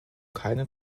keinen